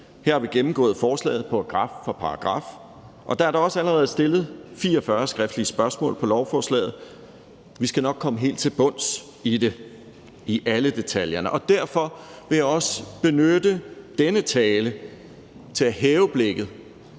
Her har vi gennemgået forslaget paragraf for paragraf, og der er da også allerede stillet 44 skriftlige spørgsmål på lovforslaget. Vi skal nok komme helt til bunds i det og i alle detaljerne. Derfor vil jeg også benytte denne tale til at hæve blikket